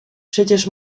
przecież